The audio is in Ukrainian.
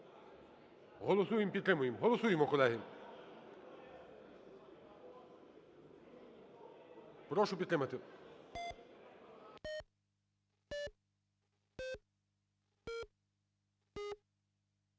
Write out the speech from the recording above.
голосуємо, підтримуємо. Голосуємо, колеги. Прошу підтримати.